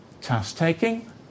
Task-taking